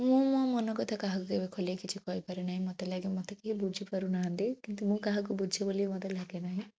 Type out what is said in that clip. ମୁଁ ମୋ ମନ କଥା କାହାକୁ କେବେ ଖୋଲି କିଛି କହିପାରେନାହିଁ ମୋତେ ଲାଗେ ମୋତେ କେହି ବୁଝିପାରୁନାହାନ୍ତି କିନ୍ତୁ ମୁଁ କାହାକୁ ବୁଝେ ବୋଲି ମୋତେ ଲାଗେ ନାହିଁ